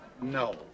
No